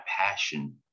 passion